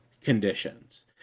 conditions